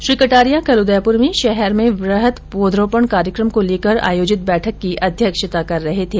श्री कटारिया कल उदयपुर में शहर में वृहद पौधरोपण कार्यक्रम को लेकर आयोजित बैठक की अध्यक्षता कर रहे थे